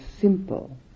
simple